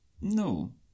No